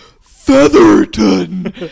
Featherton